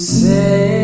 say